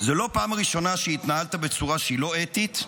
זו לא הפעם הראשונה שהתנהלת בצורה לא אתית,